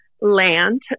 land